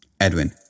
Edwin